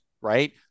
right